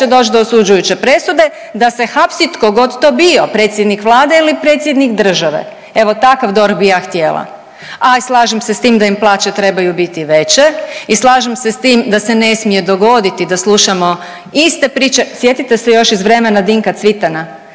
doći do osuđujuće presude da se hapsi tko god to bio predsjednik Vlade ili predsjednik države. Evo takav DORH bih ja htjela. A i slažem se s tim da im plaće trebaju biti veće i slažem se s tim da se ne smije dogoditi da slušamo iste priče. Sjetite se još iz vremena Dinka Cvitana